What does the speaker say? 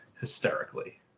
hysterically